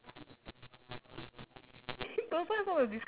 actually you do ya you look very tame very docile